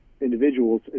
individuals